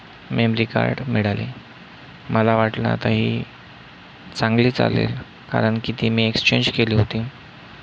memory card मिळाली मला वाटलं आता ही चांगली चालेल कारण की ती मी एक्सचेंज केली होती